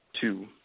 two